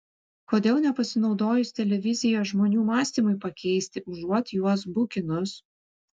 kodėl nepasinaudojus televizija žmonių mąstymui pakeisti užuot juos bukinus